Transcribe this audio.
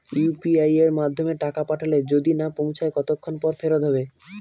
UPI য়ের মাধ্যমে টাকা পাঠালে যদি না পৌছায় কতক্ষন পর ফেরত হবে?